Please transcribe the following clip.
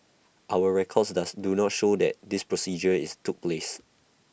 our records dose do not show that this procedure is took place